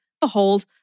Behold